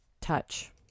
touch